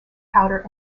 powder